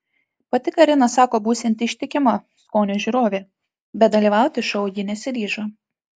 pati karina sako būsianti ištikima skonio žiūrovė bet dalyvauti šou ji nesiryžo